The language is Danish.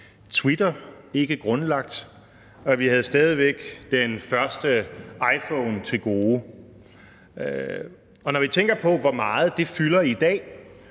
Twitter var ikke grundlagt, og vi havde stadig væk den første iPhone til gode – og tænk på, hvor meget det fylder i dag,